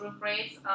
rates